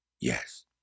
yes